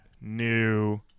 new